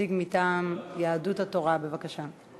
נציג מטעם יהדות התורה, בבקשה.